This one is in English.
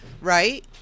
Right